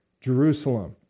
Jerusalem